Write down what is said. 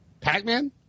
Pac-Man